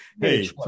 hey